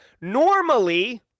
Normally